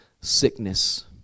sickness